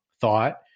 thought